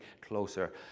closer